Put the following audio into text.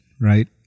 right